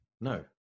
No